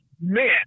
Man